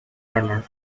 runner